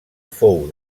fou